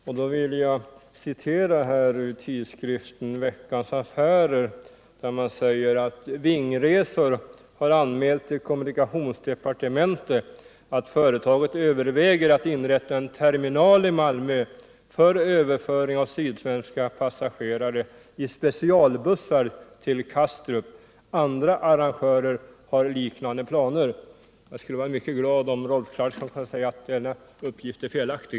Jag vill citera ett avsnitt ur en artikel i tidskriften Veckans Affärer, där det ”Vingresor har anmält till kommunikationsdepartementet att företaget överväger att inrätta en terminal i Malmö för överföring av sydsvenska passagerare i specialbussar till Kastrup. Andra arrangörer har liknande planer.” Jag skulle vara mycket glad, om Rolf Clarkson kunde säga att denna uppgift är felaktig.